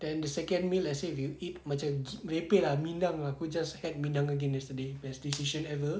then the second meal let's say if you eat macam merepek minang ah aku just had minang again yesterday best decision ever